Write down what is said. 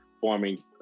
forming